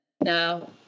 Now